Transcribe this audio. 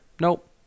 Nope